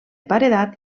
paredat